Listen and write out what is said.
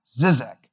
Zizek